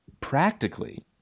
practically